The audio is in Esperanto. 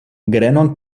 grenon